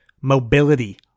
mobility